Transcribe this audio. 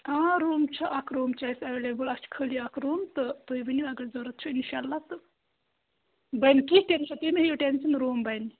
آ روٗم چھُ اکھ روٗم چھُ اَسہِ اَیٚویلیبُل اَسہِ چھُ خٲلی اکھ روٗم تہٕ تُہۍ ؤنو اگر ضروٗرت چھُ اِنشاء اللہ تہٕ بَنہِ کیٚنٛہہ ٹٮ۪نشَن تُہۍ مہٕ ہیٚیِو ٹٮ۪نشَن روٗم بَنہِ